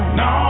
no